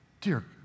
Dear